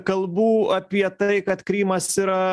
kalbų apie tai kad krymas yra